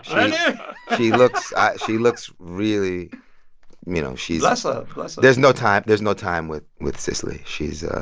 and yeah, she looks she looks really you know, she's. bless up. bless up there's no time there's no time with with cicely. she's ah